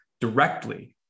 directly